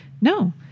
no